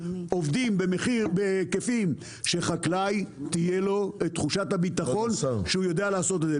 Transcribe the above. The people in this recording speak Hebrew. עובדים בהיקפים שלחקלאי תהיה תחושת הביטחון שהוא יודע לעשות את זה.